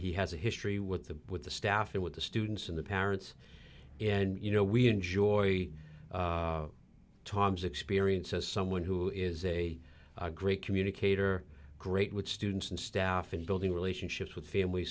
he has a history with the with the staff and with the students and the parents and you know we enjoy tom's experience as someone who is a great communicator great with students and staff and building relationships with famil